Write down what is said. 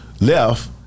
left